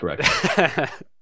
correct